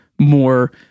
more